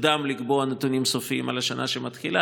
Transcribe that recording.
מוקדם לקבוע נתונים סופיים על השנה שמתחילה,